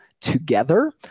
together